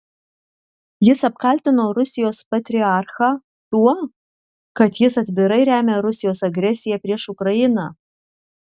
jis apkaltino rusijos patriarchą tuo kad jis atvirai remia rusijos agresiją prieš ukrainą